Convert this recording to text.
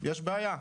יש בעיה,